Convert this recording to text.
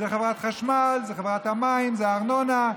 זו חברת חשמל, זו חברת המים, זה הארנונה.